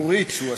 הוא rich.